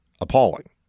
appalling